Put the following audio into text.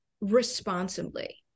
responsibly